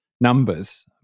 numbers